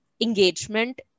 engagement